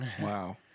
Wow